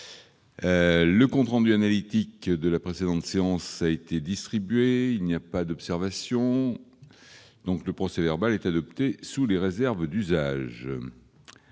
Le compte rendu analytique de la précédente séance a été distribué. Il n'y a pas d'observation ?... Le procès-verbal est adopté sous les réserves d'usage.